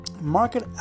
Market